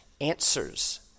answers